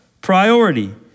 priority